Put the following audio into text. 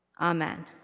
Amen